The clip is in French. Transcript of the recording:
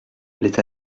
les